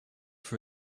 for